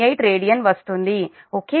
698 radian వస్తుంది okay